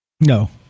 No